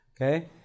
okay